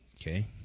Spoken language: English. Okay